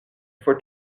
for